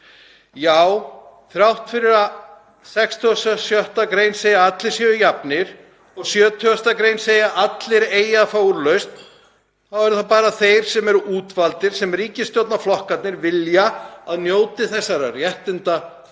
Þrátt fyrir að 66. gr. segi að allir séu jafnir og 70. gr. segi að allir eigi að fá úrlausn þá eru það bara þeir sem eru útvaldir sem ríkisstjórnarflokkarnir vilja að njóti þeirra réttinda sem